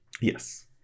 yes